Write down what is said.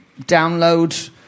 download